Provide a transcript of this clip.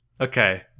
Okay